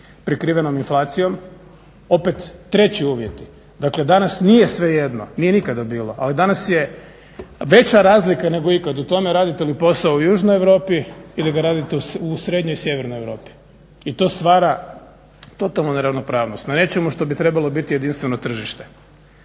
prikrivenom inflacijom opet treći uvjeti. Dakle, danas nije svejedno, nije nikada bilo ali danas je veća razlika nego ikad u tome radite li posao u južnoj Europi ili ga radite u srednjoj i sjevernoj Europi i to stvara totalnu neravnopravnost na nečemu što bi trebalo biti jedinstveno tržište.